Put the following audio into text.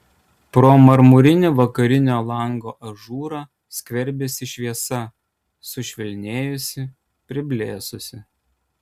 pro marmurinį vakarinio lango ažūrą skverbėsi šviesa sušvelnėjusi priblėsusi